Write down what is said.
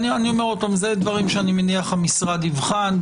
זה דברים שאני מניח שהמשרד יבחן.